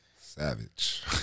savage